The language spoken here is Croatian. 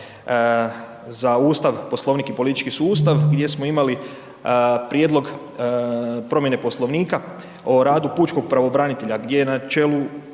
za Ustav, Poslovnik i politički sustav gdje smo imali prijedlog promjene Poslovnika o radu pučkog pravobranitelja gdje je na čelu